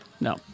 No